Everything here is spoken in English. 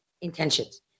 intentions